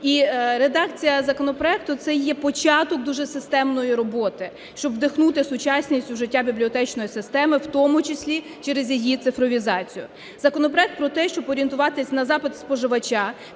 І редакція законопроекту – це є початок дуже системної роботи, щоб вдихнути сучасність у життя бібліотечної системи, в тому числі через її цифровізацію. Законопроект про те, щоб орієнтуватися на запит споживача,